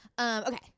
Okay